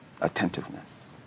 attentiveness